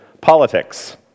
politics